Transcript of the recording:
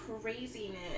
craziness